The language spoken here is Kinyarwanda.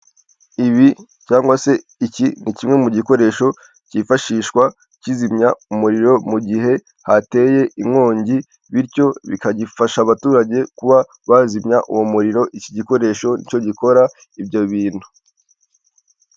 Ibi cyangwa se iki ni kimwe mu gikoresho kifashishwa kizimya umuriro mu gihe hateye inkongi, bityo bikagifasha abaturage kuba bazimya uwo muriro iki gikoresho ni cyo gikora ibyo bintu.